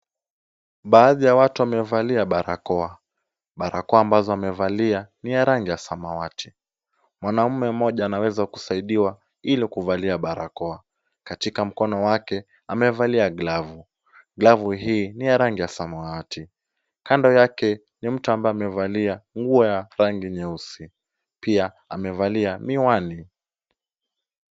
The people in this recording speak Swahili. Baadhi ya watu wamevalia barakoa. Barakoa ambazo amevalia ni ya rangi ya samawati. Mwanaume mmoja anaweza kusaidiwa ili kuvalia barakoa. Katika mkono wake, amevalia glavu. Glavu hii ni ya rangi ya samawati. Kando yake ni mtu ambaye amevalia nguo ya rangi nyeusi ,pia amevalia miwani.